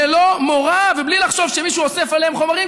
ללא מורא ובלי לחשוב שמישהו אוסף עליהם חומרים,